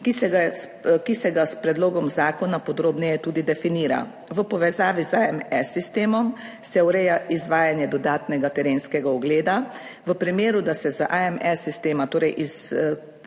ki se ga s predlogom zakona podrobneje tudi definira v povezavi z AMS sistemom se ureja izvajanje dodatnega terenskega ugleda. V primeru, da se z AMS sistema, torej iz